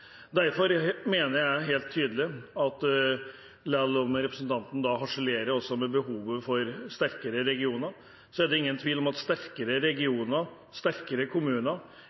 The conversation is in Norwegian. Derfor mener jeg helt klart at selv om representanten harselerer med behovet for sterkere regioner, er det ingen tvil om at sterkere regioner, sterkere kommuner,